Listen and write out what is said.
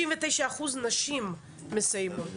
69 אחוזים נשים מסיימות.